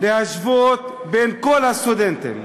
להשוות את כל הסטודנטים,